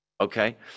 okay